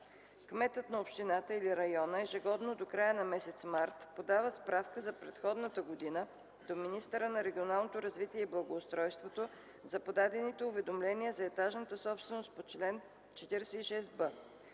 Кметът на общината или района ежегодно до края на месец март подава справка за предходната година до министъра на регионалното развитие и благоустройството за подадените уведомления за етажната собственост по чл. 46б.